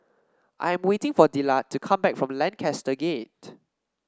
I am waiting for Dillard to come back from Lancaster Gate